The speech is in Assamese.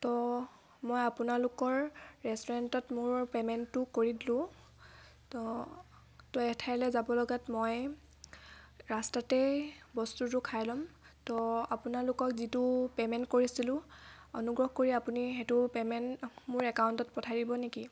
তো মই আপোনালোকৰ ৰেষ্টুৰেণ্টত মোৰ পে'মেণ্টটো কৰি দিলোঁ তো তো এঠাইলৈ যাব লগাত মই ৰাস্তাতে বস্তুটো খাই ল'ম তো আপোনালোকক যিটো পে'মেণ্ট কৰিছিলোঁ অনুগ্ৰহ কৰি আপুনি সেইটো পে'মেণ্ট মোৰ একাউণ্টত পঠাই দিব নেকি